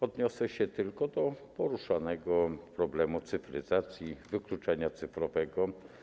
Odniosę się tylko do poruszonego problemu cyfryzacji, wykluczenia cyfrowego.